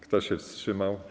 Kto się wstrzymał?